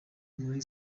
muri